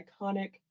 iconic